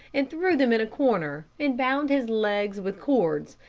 and threw them in a corner, and bound his legs with cords.